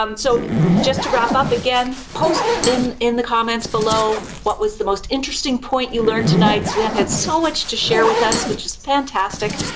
um so just to wrap up again, post in in the comments below what was the most interesting point you learned tonight. sue-ann had so much to share with us which is fantastic.